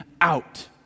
out